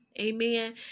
Amen